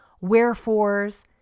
wherefores